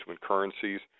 currencies